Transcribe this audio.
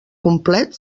complet